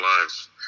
lives